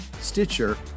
Stitcher